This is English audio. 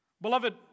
Beloved